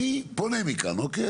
אני פונה מכאן, אוקיי?